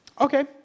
Okay